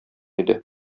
иде